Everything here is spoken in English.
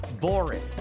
boring